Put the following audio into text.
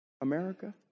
America